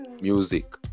music